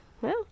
Well-